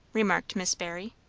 remarked miss barry.